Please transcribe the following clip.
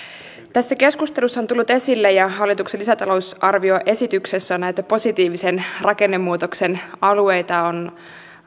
tässä keskustelussa ja hallituksen lisätalousarvioesityksessä on tullut esille positiivisen rakennemuutoksen alueita on